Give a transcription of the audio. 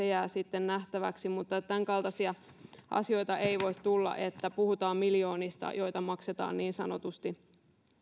jää sitten nähtäväksi mutta tämänkaltaisia asioita ei voi tulla että puhutaan miljoonista joita maksetaan niin sanotusti